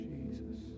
Jesus